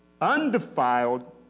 undefiled